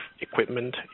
equipment